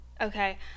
Okay